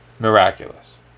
Miraculous